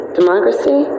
democracy